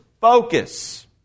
focus